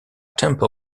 temple